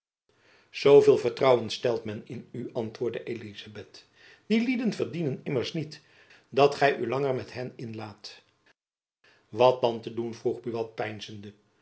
zooveel vertrouwen stelt men in u antwoordde elizabeth die lieden verdienen immers niet dat gy u langer met hen inlaat wat dan te doen vroeg